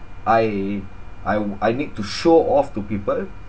I I wou~ I need to show off to people